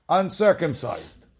uncircumcised